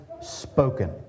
spoken